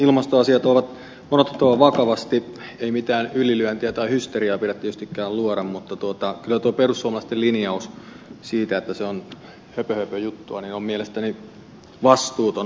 ilmastoasiat on otettava vakavasti ei mitään ylilyöntejä tai hysteriaa pidä tietystikään luoda mutta kyllä tuo perussuomalaisten linjaus siitä että se on höpö höpö juttua on mielestäni vastuuton